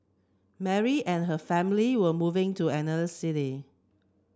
Mary and her family were moving to another city